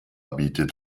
bietet